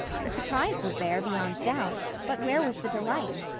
the surprise was there, beyond doubt but where was the delight?